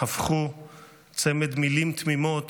הפכו צמד מילים תמימות